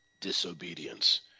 disobedience